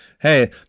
Hey